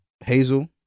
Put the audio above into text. Hazel